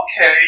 Okay